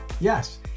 yes